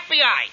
FBI